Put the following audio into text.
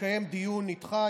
לקיים דיון איתך,